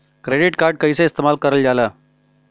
Credit card कईसे इस्तेमाल करल जाला?